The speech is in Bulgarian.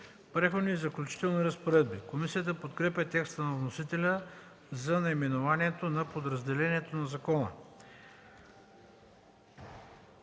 „Преходни и заключителни разпоредби”. Комисията подкрепя текста на вносителя за наименованието на подразделението на закона.